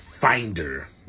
finder